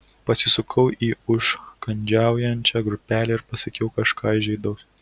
pasisukau į užkandžiaujančią grupelę ir pasakiau kažką įžeidaus